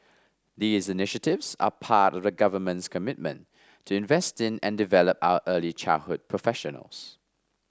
these initiatives are part of the government's commitment to invest in and develop our early childhood professionals